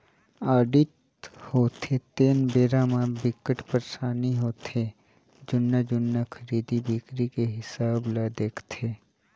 audit होथे तेन बेरा म बिकट परसानी होथे जुन्ना जुन्ना खरीदी बिक्री के हिसाब ल देखथे